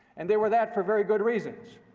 and they were that for very good reasons.